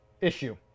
issue